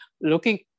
looking